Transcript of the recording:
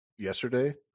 yesterday